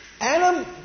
Adam